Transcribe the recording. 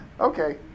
okay